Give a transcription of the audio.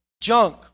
junk